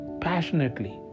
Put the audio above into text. passionately